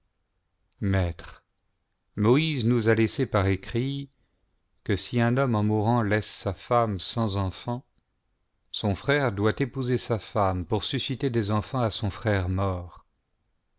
maître moïse nous a laissé par écrit que si un homme en mourant laisse sa femme sans enfants son frère doit épouser sa femme pour susciter des enfants à son frère mort